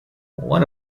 one